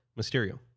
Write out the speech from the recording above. Mysterio